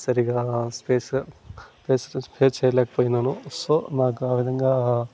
సరిగా space face face చేయలేకపోయినాను so నాకు ఆ విధంగా